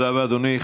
תודה רבה, אדוני.